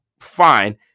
Fine